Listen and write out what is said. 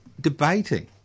debating